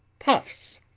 puffs